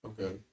Okay